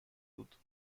بود